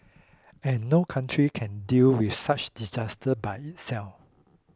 and no country can deal with such disasters by itself